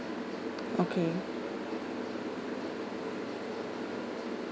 okay